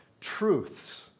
truths